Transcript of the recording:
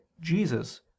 Jesus